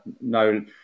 no